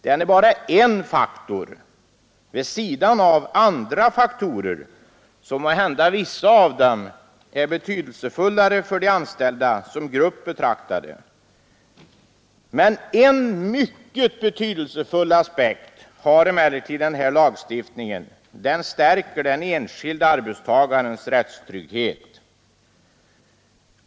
Den är bara en faktor vid sidan av andra faktorer som måhända — det gäller i varje fall vissa av dem — är betydelsefullare för de anställda som grupp betraktad. En mycket betydelsefull aspekt har emellertid lagstiftningen: Den stärker den enskilde arbetstagarens rättstrygghet.